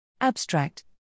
Abstract